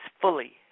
fully